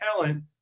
talent